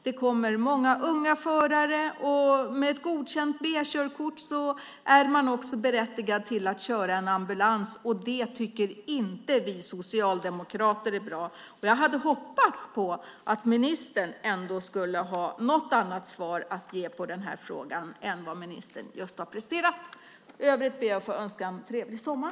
Det kommer många unga förare, och med ett godkänt B-körkort är man också berättigad till att köra en ambulans, och det tycker inte vi socialdemokrater är bra. Jag hade hoppats att ministern skulle ha något annat svar att ge på den här frågan än vad ministern just har presterat. I övrigt ber jag att få önska en trevlig sommar.